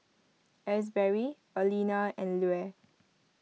Asberry Alena and Lue